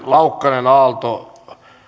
laukkanen aalto no lyhyt